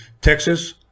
Texas